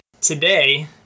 Today